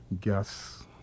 gas